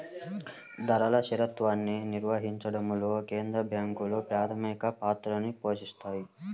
ధరల స్థిరత్వాన్ని నిర్వహించడంలో కేంద్ర బ్యాంకులు ప్రాథమిక పాత్రని పోషిత్తాయి